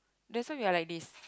that's why we are like this